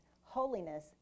holiness